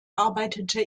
arbeitete